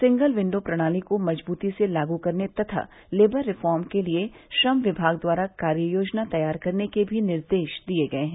single window प्रणाली को मजबूती से लागू करने तथा लेबर रिफॉर्म के लिए श्रम विभाग द्वारा कार्य योजना तैयार करने के भी निर्देश दिए गए हैं